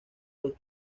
los